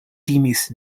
timis